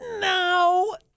No